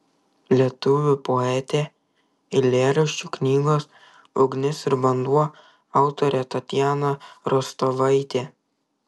lietuvių poetė eilėraščių knygos ugnis ir vanduo autorė tatjana rostovaitė